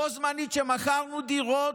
בו בזמן שמכרנו דירות,